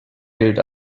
gilt